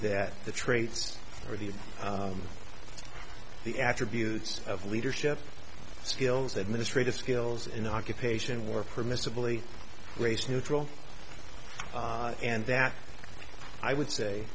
that the traits are the of the attributes of leadership skills administrative skills in occupation were permissibly race neutral and that i would say